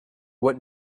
what